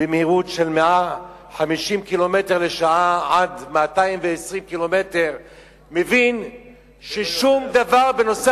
במהירות של 150 קמ"ש עד 220 קמ"ש מבין ששום דבר בנושא